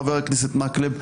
חבר הכנסת מקלב.